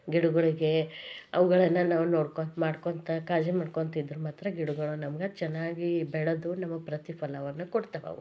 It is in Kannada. ಗಿಡಗಳಿಗೆ ಅವುಗಳನ್ನು ನಾವು ನೋಡ್ಕೊತ ಮಾಡ್ಕೊತ ಕಾಳಜಿ ಮಾಡ್ಕೊತ ಇದ್ರೆ ಮಾತ್ರ ಗಿಡಗಳು ನಮ್ಗೆ ಚೆನ್ನಾಗಿ ಬೆಳೆದು ನಮಗೆ ಪ್ರತಿಫಲವನ್ನು ಕೊಡ್ತಾವವು